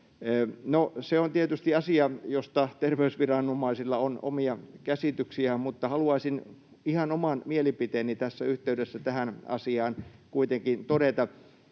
se on tietysti asia, josta terveysviranomaisilla on omia käsityksiä, mutta haluaisin ihan oman mielipiteeni tässä yhteydessä tähän asiaan kuitenkin todeta.